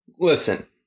Listen